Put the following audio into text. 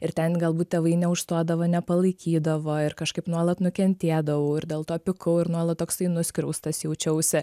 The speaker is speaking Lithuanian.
ir ten galbūt tėvai neužstodavo nepalaikydavo ir kažkaip nuolat nukentėdavau ir dėl to pykau ir nuolat toksai nuskriaustas jaučiausi